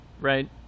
right